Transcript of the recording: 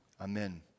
amen